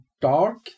dark